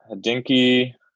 Dinky